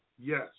Yes